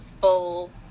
full